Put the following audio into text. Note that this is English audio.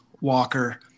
Walker